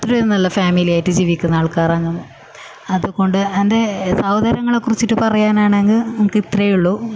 അത്രയും നല്ല ഫാമിലി ആയിട്ട് ജീവിക്കുന്ന ആൾക്കാരാണ് നമ്മൾ അതുകൊണ്ട് എൻ്റെ സഹോദരങ്ങളെക്കുറിച്ചിട്ട് പറയാനാണെങ്കിൽ എനിക്കിത്രയേ ഉള്ളൂ